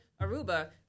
Aruba